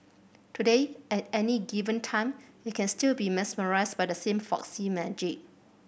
today at any given time you can still be mesmerised by the same folksy magic